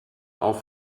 auf